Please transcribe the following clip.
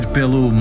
pelo